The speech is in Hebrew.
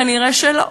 כנראה לא,